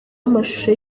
amashusho